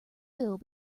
bill